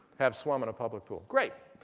have swum in a public pool? great.